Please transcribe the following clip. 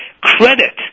credit